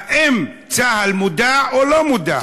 האם צה"ל מודע או לא מודע?